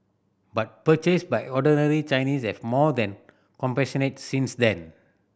but purchase by ordinary Chinese have more than compensated since then